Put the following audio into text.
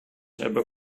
hebben